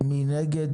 מי נגד?